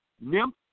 nymph